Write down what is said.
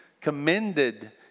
commended